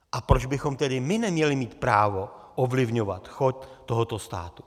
A proč bychom tedy my neměli mít právo ovlivňovat chod tohoto státu?